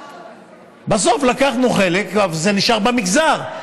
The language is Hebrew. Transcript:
בסוף לקחנו חלק, אבל זה נשאר במגזר.